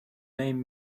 name